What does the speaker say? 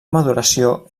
maduració